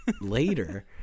later